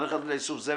מערכת לאיסוף זבל,